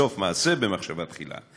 סוף מעשה במחשבה תחילה.